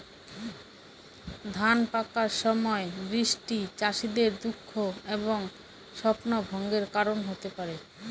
ধান পাকার সময় বৃষ্টি চাষীদের দুঃখ এবং স্বপ্নভঙ্গের কারণ হতে পারে